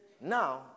Now